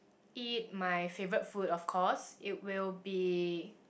eat my favourite food of course it will be